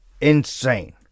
insane